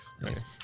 Nice